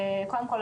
קודם כל,